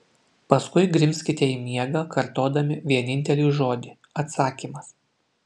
paskui grimzkite į miegą kartodami vienintelį žodį atsakymas